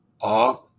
off